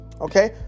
Okay